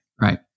Right